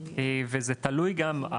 וזה תלוי גם,